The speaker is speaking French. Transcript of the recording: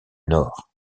nord